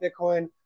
Bitcoin